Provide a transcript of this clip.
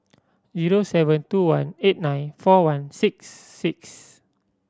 zero seven two one eight nine four one six six